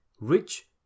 rich